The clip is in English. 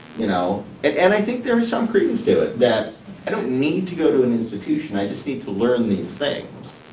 you know, and and i think there is some credence to it, that i don't need to go to an institution, i just need to learn these things.